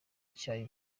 icyayi